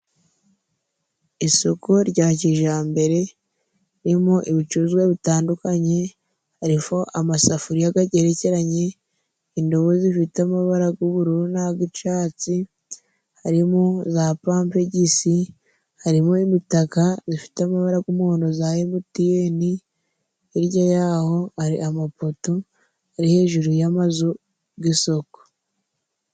Isoko rya kijyambere ririmo ibicuruzwa bitandukanye:Harimo amasafuriya agerekeranye, indobo zifite amabara y'ubururu n'ay'icyatsi, harimo za pampegisi, harimo imitaka ifite amabara y'umundo ya emutiyeni, hirya y'aho ari amapoto ari hejuru y'amazu y'isoko.